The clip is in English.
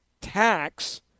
tax